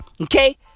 Okay